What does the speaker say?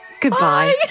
goodbye